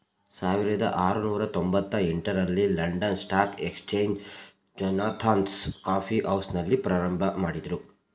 ಸಾವಿರದ ಆರುನೂರು ತೊಂಬತ್ತ ಎಂಟ ರಲ್ಲಿ London stock exchange Jonathan's coffee ಹೌಸ್ನಲ್ಲಿ ಪ್ರಾರಂಭಮಾಡಿದ್ರು